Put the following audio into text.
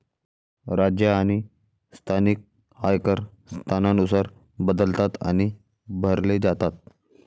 राज्य आणि स्थानिक आयकर स्थानानुसार बदलतात आणि भरले जातात